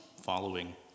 following